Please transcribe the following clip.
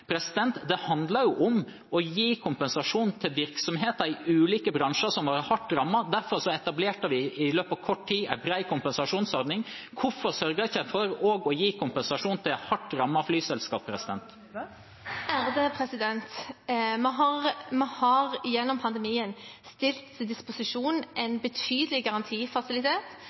Det handler om å gi kompensasjon til virksomheter i ulike bransjer som er hardt rammet. Derfor etablerte vi i løpet av kort tid en bred kompensasjonsordning. Hvorfor sørget en ikke også for å gi kompensasjon til de hardt rammede flyselskapene? Vi har gjennom pandemien stilt til disposisjon en betydelig garantifasilitet,